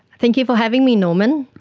thank you for having me norman.